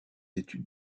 études